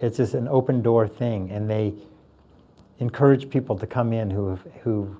it's an open door thing. and they encourage people to come in who have who